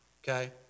okay